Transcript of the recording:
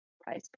price